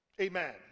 Amen